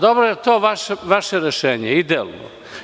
Dobro, je li to vaše rešenje, idealno?